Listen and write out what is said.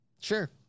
Sure